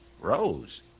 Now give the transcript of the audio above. Rose